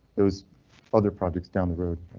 there was other projects down the road.